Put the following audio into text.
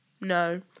no